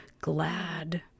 glad